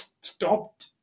stopped